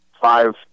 five